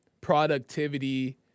productivity